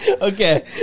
Okay